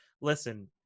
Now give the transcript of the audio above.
listen